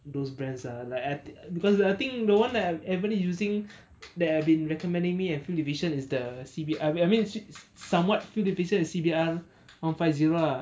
those brands are like ah because I think the one that everybody using that have been recommending me fuel efficient is the C_B_R I mean s~ s~ somewhat fuel efficient is C_B_R one five zero ah